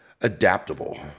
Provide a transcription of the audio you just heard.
adaptable